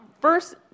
First